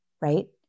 right